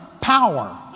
power